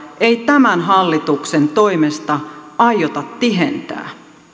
ei tämän hallituksen toimesta aiota tihentää